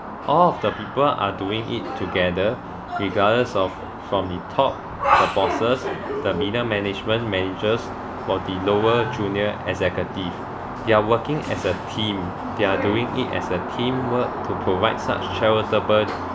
all of the people are doing it together regardless of from the top the bosses the middle management managers for the lower junior executive they are working as a team they are doing it as a teamwork to provide such charitable